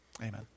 amen